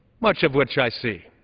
much of which i see.